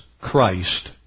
Christ